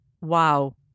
Wow